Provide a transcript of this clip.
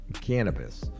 cannabis